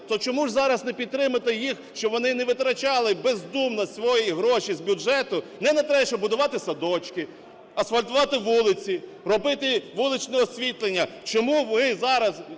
То чому зараз не підтримати їх, щоб вони не витрачали бездумно свої гроші з бюджету, не та те, щоб будувати садочки, асфальтувати вулиці, робити вуличне освітлення? Чому ми зараз